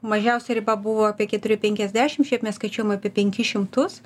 mažiausia riba buvo apie keturi penkiasdešim šiaip mes skaičiuojam apie penkis šimtus